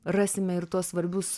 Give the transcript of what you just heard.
rasime ir tuos svarbius